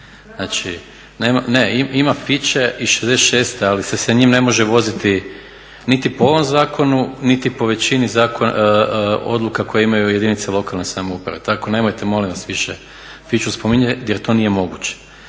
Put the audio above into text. Znači, ne ima fiće iz '66. ali se sa njim ne može voziti niti po ovom zakonu, niti po većini odluka koje imaju jedinice lokalne samouprave. Tako nemojte molim vas više fiću spominjati jer to nije moguće.